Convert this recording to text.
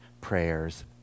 prayers